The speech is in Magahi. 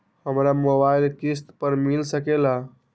हमरा मोबाइल किस्त पर मिल सकेला?